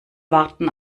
warten